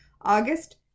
August